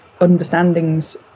understandings